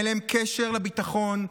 אין להם קשר לביטחון,